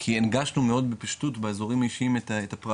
כי הנגשנו מאוד בפשטות באזורים האישיים את הפרט